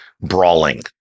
brawling